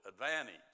advantage